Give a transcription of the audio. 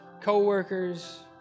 co-workers